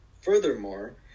furthermore